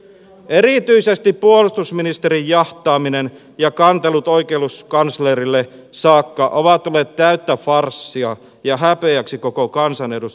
erityisesti puolustusministerin jahtaaminen ja kantelut oikeuskanslerille saakka ovat olleet täyttä farssia ja häpeäksi koko kansanedustuslaitokselle